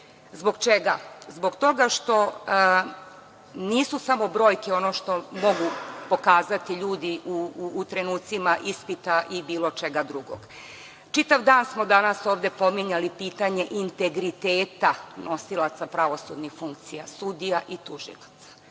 Zbog čega? Zbog toga što nisu samo brojke ono što mogu pokazati ljudi u trenucima ispita i bilo čega drugog. Čitav dan smo danas ovde pominjali pitanje integriteta nosilaca pravosudnih funkcija, sudija i tužilaca